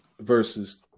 versus